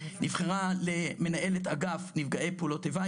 נבחרה למנהלת אגף נפגעי פעולות איבה,